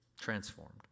transformed